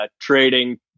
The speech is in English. trading